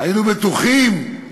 היינו בטוחים